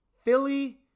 Philly